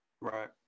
Right